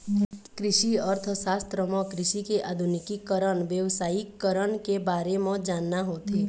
कृषि अर्थसास्त्र म कृषि के आधुनिकीकरन, बेवसायिकरन के बारे म जानना होथे